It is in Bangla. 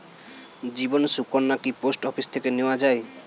জীবন সুকন্যা কি পোস্ট অফিস থেকে নেওয়া যায়?